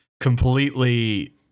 completely